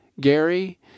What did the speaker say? Gary